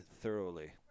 thoroughly